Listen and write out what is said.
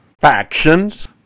factions